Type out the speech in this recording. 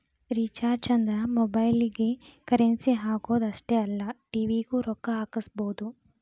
recharges ಅಂದ್ರ ಮೊಬೈಲ್ಗಿ currency ಹಾಕುದ್ ಅಷ್ಟೇ ಅಲ್ಲ ಟಿ.ವಿ ಗೂ ರೊಕ್ಕಾ ಹಾಕಸಬೋದು